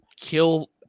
kill